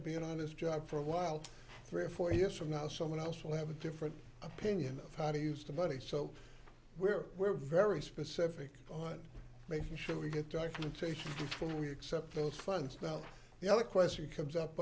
honest job for a while three or four years from now someone else will have a different opinion of how to use the money so we're we're very specific on making sure we get documentation before we accept those funds about the other question comes up